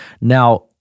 Now